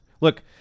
Look